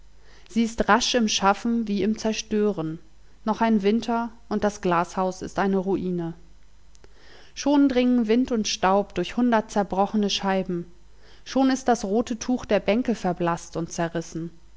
sie ist rasch im schaffen wie im zerstören noch ein winter und das glashaus ist eine ruine schon dringen wind und staub durch hundert zerbrochene scheiben schon ist das rote tuch der bänke verblaßt und zerrissen